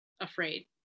afraid